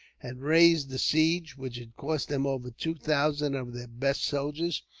had raised the siege which had cost them over two thousand of their best soldiers,